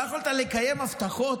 לא יכולת לקיים הבטחות?